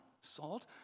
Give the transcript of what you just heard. salt